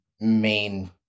main